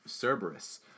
Cerberus